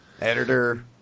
editor